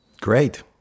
Great